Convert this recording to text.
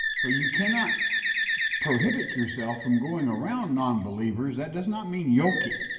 so you cannot prohibit yourself from going around nonbelievers, that does not mean yoking,